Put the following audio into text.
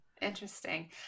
Interesting